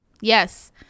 Yes